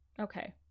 Okay